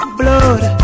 blood